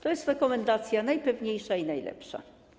To jest rekomendacja najpewniejsza i najlepsza.